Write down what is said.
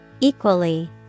Equally